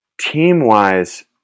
Team-wise